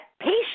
patience